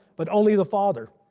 but only the father.